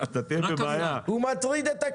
הוא מטריד את הכנסת.